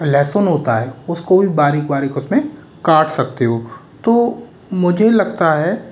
लहसुन होता है उसको भी बारिक बारिक उसमें काट सकते हो तो मुझे लगता है